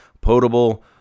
Potable